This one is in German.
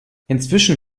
inzwischen